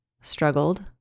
struggled